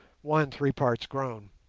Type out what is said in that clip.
one three parts grown.